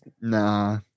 nah